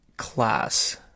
class